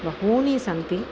बहूनि सन्ति